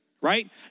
right